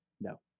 No